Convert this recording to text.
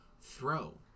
throw